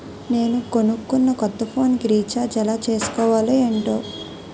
నేను కొనుకున్న కొత్త ఫోన్ కి రిచార్జ్ ఎలా చేసుకోవాలో ఏంటో